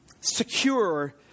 secure